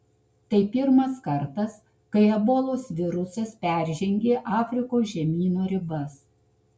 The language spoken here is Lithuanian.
tai pirmas kartas kai ebolos virusas peržengė afrikos žemyno ribas